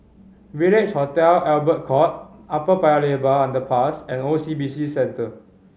Village Hotel Albert Court Upper Paya Lebar Underpass and O C B C Centre